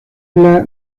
burla